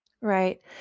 Right